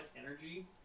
energy